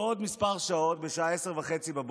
בעוד כמה שעות, בשעה 10:30,